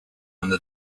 under